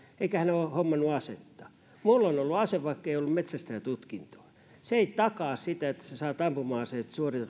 eikä hän ole hommannut asetta minulla on ollut ase vaikka ei ole ollut metsästäjätutkintoa se että suoritat metsästäjätutkinnon ei takaa sitä että saat ampuma aseen